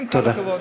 עם כל הכבוד,